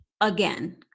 again